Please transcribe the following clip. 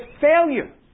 failure